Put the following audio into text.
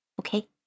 Okay